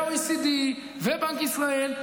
ה-OECD ובנק ישראל,